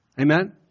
Amen